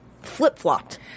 flip-flopped